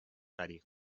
غریق